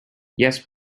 yes